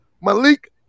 Malik